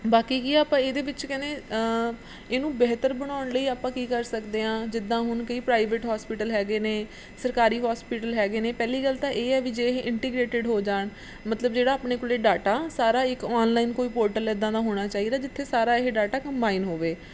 ਬਾਕੀ ਕੀ ਆ ਆਪਾਂ ਇਹਦੇ ਵਿੱਚ ਕਹਿੰਦੇ ਇਹਨੂੰ ਬਿਹਤਰ ਬਣਾਉਣ ਲਈ ਆਪਾਂ ਕੀ ਕਰ ਸਕਦੇ ਹਾਂ ਜਿੱਦਾਂ ਹੁਣ ਕਈ ਪ੍ਰਾਈਵੇਟ ਹੋਸਪਿਟਲ ਹੈਗੇ ਨੇ ਸਰਕਾਰੀ ਹੋਸਪੀਟਲ ਹੈਗੇ ਨੇ ਪਹਿਲੀ ਗੱਲ ਤਾਂ ਇਹ ਹੈ ਵੀ ਜੇ ਇੰਟੀਗਰੇਟਡ ਹੋ ਜਾਣ ਮਤਲਬ ਜਿਹੜਾ ਆਪਣੇ ਕੋਲ ਡਾਟਾ ਸਾਰਾ ਇੱਕ ਆਨਲਾਈਨ ਕੋਈ ਪੋਰਟਲ ਇੱਦਾਂ ਦਾ ਹੋਣਾ ਚਾਹੀਦਾ ਜਿੱਥੇ ਸਾਰਾ ਇਹ ਡਾਟਾ ਕੰਬਾਈਨ ਹੋਵੇ